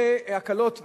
והקלות,